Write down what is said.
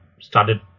started